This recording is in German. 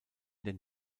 den